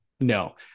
No